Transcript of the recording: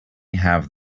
have